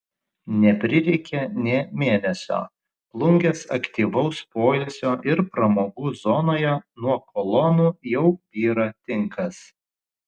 neprireikė nė mėnesio plungės aktyvaus poilsio ir pramogų zonoje nuo kolonų jau byra tinkas